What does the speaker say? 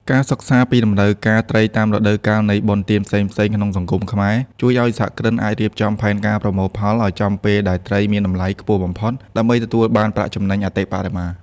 ការសិក្សាពីតម្រូវការត្រីតាមរដូវកាលនៃបុណ្យទានផ្សេងៗក្នុងសង្គមខ្មែរ ជួយឱ្យសហគ្រិនអាចរៀបចំផែនការប្រមូលផលឱ្យចំពេលដែលត្រីមានតម្លៃខ្ពស់បំផុត ដើម្បីទទួលបានប្រាក់ចំណេញអតិបរមា។